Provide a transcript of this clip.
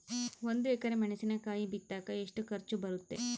ಒಂದು ಎಕರೆ ಮೆಣಸಿನಕಾಯಿ ಬಿತ್ತಾಕ ಎಷ್ಟು ಖರ್ಚು ಬರುತ್ತೆ?